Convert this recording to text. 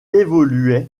évoluait